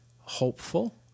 hopeful